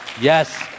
yes